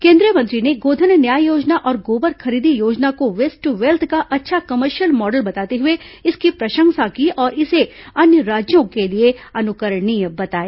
केंद्रीय मंत्री ने गोधन न्याय योजना और गोबर खरीदी योजना को वेस्ट दू वेल्थ का अच्छा कमर्शियल मॉडल बताते हुए इसकी प्रशंसा की और इसे अन्य राज्यों के लिए अनुकरणीय बताया